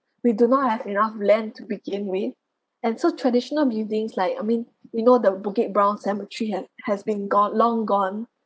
we do not have enough land to begin with and so traditional buildings like I mean you know the bukit brown cemetery have has been gone long gone